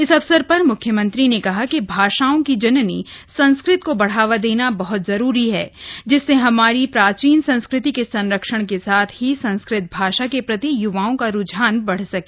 इस अवसर पर म्ख्यमंत्री ने कहा कि भाषाओं की जननी संस्कृत को बढ़ावा देना बहत जरूरी जिससे हमारी प्राचीन संस्कृति के संरक्षण के साथ ही संस्कृत भाषा के प्रति य्वाओं का रूझान बढ़ सके